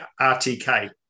RTK